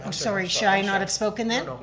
um sorry, should i not have spoken then?